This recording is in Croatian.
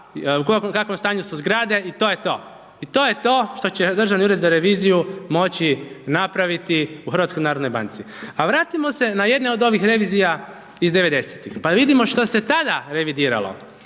u kakvom stanju su zgrade i to je to. I to je to što će Državni ured za reviziju moći napraviti u HNB-u. A vratimo se na jedne od ovih revizija iz '90. pa vidimo što se tada revidiralo,